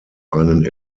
einen